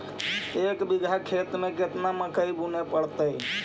एक बिघा खेत में केतना मकई बुने पड़तै?